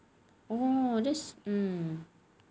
oh that's hmm